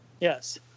Yes